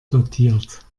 dotiert